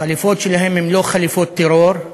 החליפות שלהם הן לא חליפות טרור,